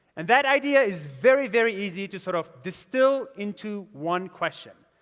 and that idea is very, very easy to sort of distill into one question.